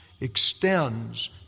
extends